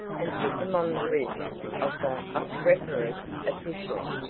and put them on the wrists of the obstreperous official.